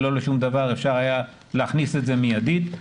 אפשר היה להכניס את זה מיידית.